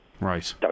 Right